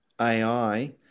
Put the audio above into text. AI